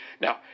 Now